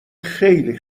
خیلی